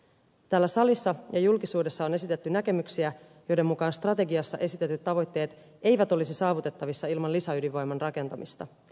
täällä salissa ja julkisuudessa on esitetty näkemyksiä joiden mukaan strategiassa esitetyt tavoitteet eivät olisi saavutettavissa ilman lisäydinvoiman rakentamista